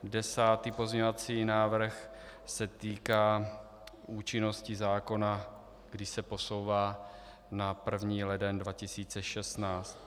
Desátý pozměňovací návrh se týká účinnosti zákona, kdy se posouvá na 1. leden 2016.